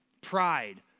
pride